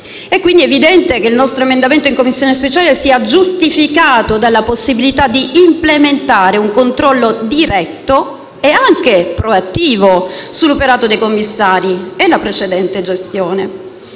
è quindi evidente che il nostro emendamento in Commissione speciale sia giustificato dalla possibilità di implementare un controllo diretto e anche proattivo sull'operato dei commissari e sulla precedente gestione.